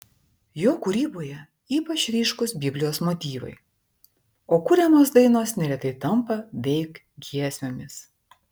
jo kūryboje ypač ryškūs biblijos motyvai o kuriamos dainos neretai tampa veik giesmėmis